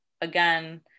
again